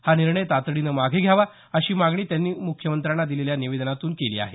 हा निर्णय तातडीने मागे घ्यावा अशी मागणी त्यांनी मुख्यमंत्र्यांना दिलेल्या निवेदनातून केली आहे